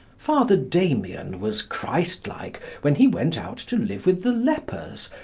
father damien was christlike when he went out to live with the lepers,